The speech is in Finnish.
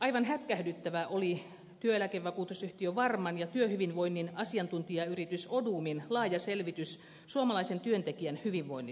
aivan hätkähdyttävä oli työeläkevakuutusyhtiö varman ja työhyvinvoinnin asiantuntijayritys odumin laaja selvitys suomalaisen työntekijän hyvinvoinnista